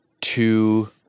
two